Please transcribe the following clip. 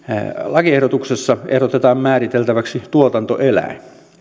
lakiehdotuksessa ehdotetaan määriteltäväksi tuotantoeläin